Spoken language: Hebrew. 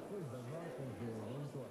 ירושלים, ג' בחשוון תשע"א, 11 באוקטובר